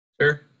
Sure